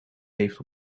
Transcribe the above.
heeft